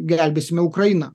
gelbėsime ukrainą